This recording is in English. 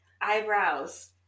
Eyebrows